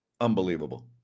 Unbelievable